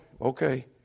okay